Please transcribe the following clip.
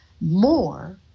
more